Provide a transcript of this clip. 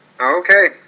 Okay